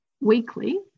weekly